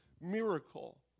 miracle